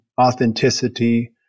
authenticity